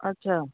अच्छा